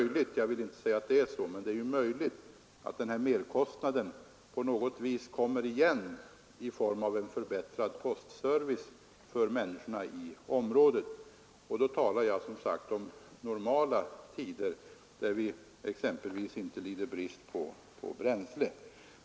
Jag vill inte säga att det är så, men det är möjligt att den här merkostnaden på något vis kommer igen i form av en förbättrad service för människorna i området. Då talar jag som sagt om normala tider, då vi exempelvis inte lider brist på bränsle.